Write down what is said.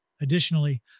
Additionally